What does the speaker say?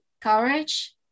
courage